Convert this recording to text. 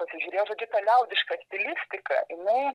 pasižiūrėjo žodžiu tą liaudišką stilistiką jinai